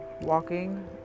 walking